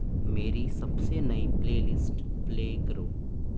میری سب سے نئی پلے لسٹ پلے کرو